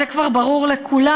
זה כבר ברור לכולם,